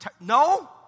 No